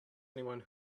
anyone